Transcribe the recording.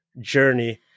journey